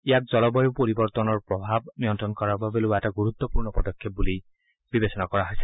ইয়াক জলবায়ু পৰিৱৰ্তনৰ প্ৰভাৱ নিয়ন্ত্ৰণ কৰাৰ বাবে লোৱা এটা গুৰুত্বপূৰ্ণ পদক্ষেপ বুলি বিবেচনা কৰা হৈছে